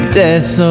death